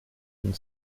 and